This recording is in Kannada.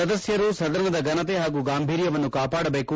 ಸದಸ್ಯರು ಸದನದ ಘನತೆ ಹಾಗೂ ಗಾಂಭೀರ್ಯವನ್ನು ಕಾಪಾಡಬೇಕು